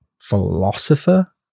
philosopher